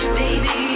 baby